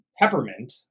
peppermint